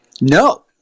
No